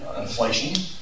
inflation